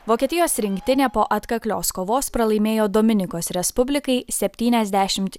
vokietijos rinktinė po atkaklios kovos pralaimėjo dominikos respublikai septyniasdešimt